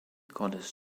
goddess